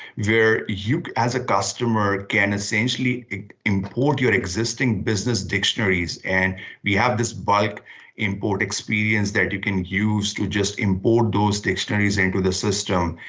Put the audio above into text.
where you as a customer can essentially import your existing business dictionaries, and we have this bulk import experience that you can use to just import those dictionaries into the system.